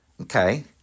Okay